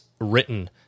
written